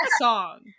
song